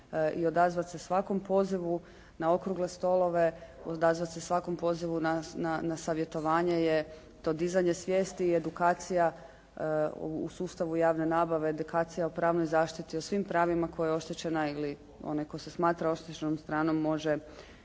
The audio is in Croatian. i odazvat se svakom pozivu na okrugle stolove, odazvat se svakom pozivu na savjetovanje je to dizanje svijesti i edukacija u sustavu javne nabave, edukacija o pravnoj zaštiti, o svim pravima koje oštećena ili onaj tko se smatra oštećenom stranom može